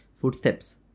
footsteps